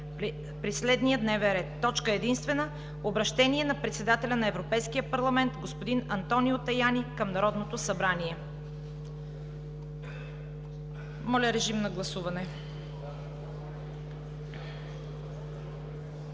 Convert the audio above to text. при следния Дневен ред: Точка единствена. Обръщение на председателя на Европейския парламент господин Антонио Таяни към Народното събрание.“ Моля, гласувайте.